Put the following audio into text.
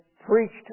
preached